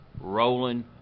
rolling